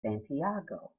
santiago